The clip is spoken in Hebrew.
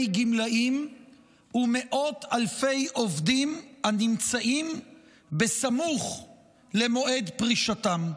גמלאים ומאות אלפי עובדים הנמצאים בסמוך למועד פרישתם.